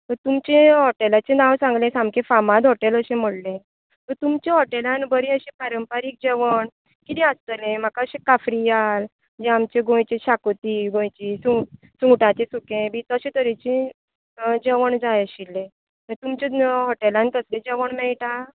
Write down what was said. so तुमचें हॉटेलाचें नांव सांगलें सामकें फामाद हॉटेल अशें म्हणलें सो तुमचें हॉटेलांत बरें अशें पारंपारीक जेवण कितें आसतलें म्हाका अशें काफ्रियाल म्हणजे आमचें गोंयची शागुती गोंयचें सुंगटांचें सुकें बी तशें तरेची जेवण जाय आशिल्लें तुमचें हॉटेलांत तसलें जेवण मेळटा